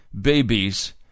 babies